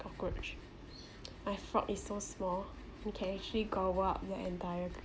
cockroach my frog is so small it can actually gulp up the entire cri~